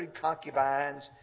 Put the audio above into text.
concubines